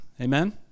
Amen